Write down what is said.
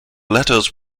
letters